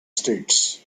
states